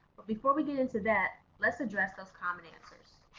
before we get into that let's address those common answers.